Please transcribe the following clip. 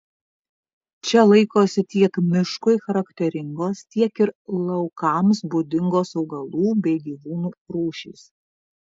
čia laikosi tiek miškui charakteringos tiek ir laukams būdingos augalų bei gyvūnų rūšys